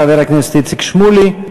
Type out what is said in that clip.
חבר הכנסת איציק שמולי,